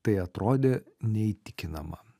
tai atrodė neįtikinama